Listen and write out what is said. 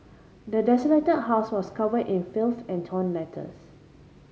the desolated house was covered in filth and torn letters